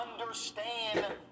understand